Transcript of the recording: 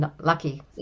lucky